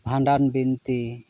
ᱵᱷᱟᱰᱟᱱ ᱵᱤᱱᱛᱤ